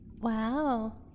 Wow